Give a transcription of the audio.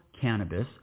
cannabis